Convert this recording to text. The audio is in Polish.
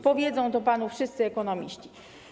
Powiedzą to panu wszyscy ekonomiści.